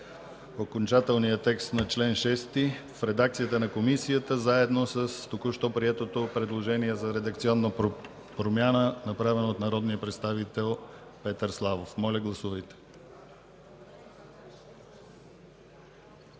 окончателния текст на чл. 6 в редакция на Комисията с току-що приетото предложение за редакционна промяна, направено от народния представител Петър Славов. Моля, гласувайте.